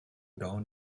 down